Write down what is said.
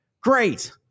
great